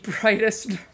brightest